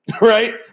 right